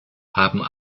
haben